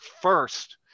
first